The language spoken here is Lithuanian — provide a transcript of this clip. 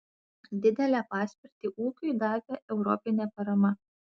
didelę paspirtį ūkiui davė europinė parama